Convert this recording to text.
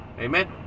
amen